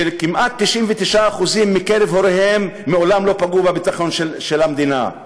שכמעט 99% מקרב הוריהם מעולם לא פגעו בביטחון של המדינה?